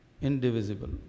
indivisible